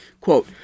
Quote